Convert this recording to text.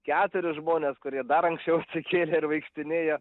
keturis žmones kurie dar anksčiau atsikėlė ir vaikštinėja